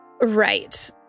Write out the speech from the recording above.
Right